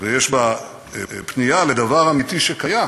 ויש בה פנייה לדבר אמיתי, שקיים,